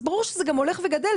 אז ברור שזה גם הולך וגדל.